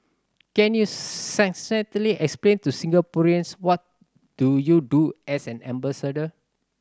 can you succinctly explain to Singaporeans what do you do as an ambassador